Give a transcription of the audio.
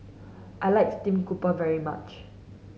I like stream grouper very much